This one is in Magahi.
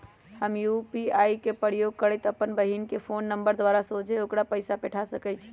हम यू.पी.आई के प्रयोग करइते अप्पन बहिन के फ़ोन नंबर द्वारा सोझे ओकरा पइसा पेठा सकैछी